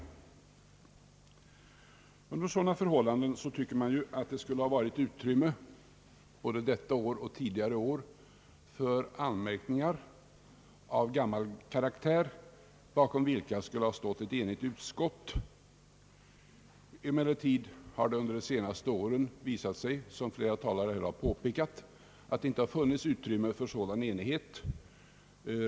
Under sådana förhållanden tycker man att det kunde ha funnits utrymme både i år och tidigare för anmärkningar av gammal karaktär, bakom vilka skulle ha stått ett enigt utskott. Emellertid har det under de senaste åren visat sig, som flera talare här har påpekat, att det inte funnits utrymme för en sådan enighet.